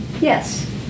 Yes